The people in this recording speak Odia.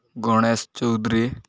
ଗଣେଶ ଚୌଧୁରୀ